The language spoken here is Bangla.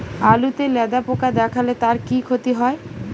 আলুতে লেদা পোকা দেখালে তার কি ক্ষতি হয়?